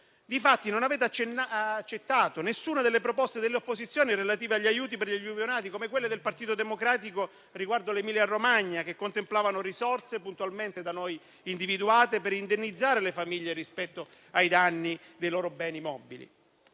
Difatti, non avete accettato nessuna delle proposte delle opposizioni relative agli aiuti per gli alluvionati, come quelle del Partito Democratico riguardo all'Emilia-Romagna, che contemplavano risorse, puntualmente individuate, per indennizzare le famiglie rispetto ai danni subiti dai loro beni mobili.